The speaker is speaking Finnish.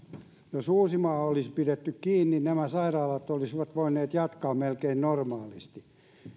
jos uusimaa olisi pidetty kiinni nämä sairaalat olisivat voineet jatkaa melkein normaalisti